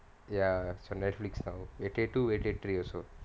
ya so Netflix now eighty two eighty three also